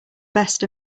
best